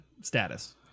status